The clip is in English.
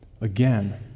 again